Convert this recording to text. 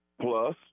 plus